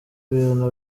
ibintu